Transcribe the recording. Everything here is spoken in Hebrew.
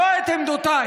לא את עמדותייך,